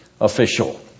official